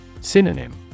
Synonym